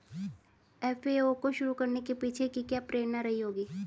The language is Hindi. एफ.ए.ओ को शुरू करने के पीछे की क्या प्रेरणा रही होगी?